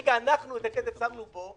שכרגע אנחנו את הכסף שמנו בו,